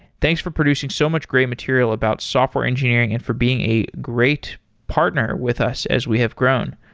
thanks for producing so much great material about software engineering and for being a great partner with us as we have grown.